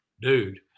dude